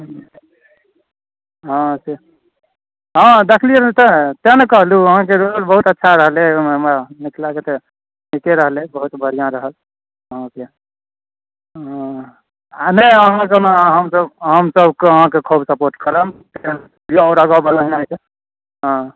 हँ से हँ देखलियै नहि तऽ तैँ ने कहलहुँ अहाँके रोल बहुत अच्छा लगलै ओहिमे हमरा मिथिलाके तऽ ठीके रहलै बहुत बढ़िआँ रहल अहाँके हँ आ नहि हमसभ हमसभ अहाँके खूब सपोर्ट करब जे आओर आगाँ बढ़ू अहाँ एहिसँ हँ